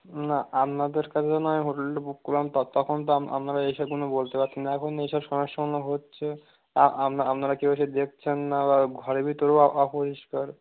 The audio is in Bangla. না আপনাদের কাছে নাহয় হোটেলটা বুক করলাম তখন তো আপনারা এসবগুলো বলতে পারতেন এখন এইসব সমস্যাগুলো হচ্ছে আপনারা কেউ এসে দেখছেন না বা ঘরের ভিতরেও অপরিষ্কার